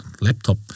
laptop